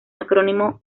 acrónimo